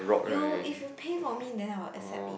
you if you pay for me then I will accept it